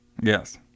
Yes